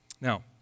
Now